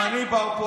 אם אני באופוזיציה,